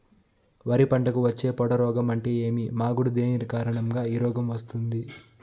వరి పంటకు వచ్చే పొడ రోగం అంటే ఏమి? మాగుడు దేని కారణంగా ఈ రోగం వస్తుంది?